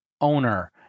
owner